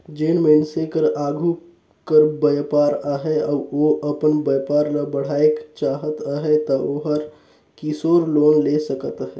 जेन मइनसे कर आघु कर बयपार अहे अउ ओ अपन बयपार ल बढ़ाएक चाहत अहे ता ओहर किसोर लोन ले सकत अहे